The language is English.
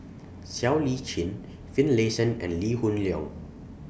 Siow Lee Chin Finlayson and Lee Hoon Leong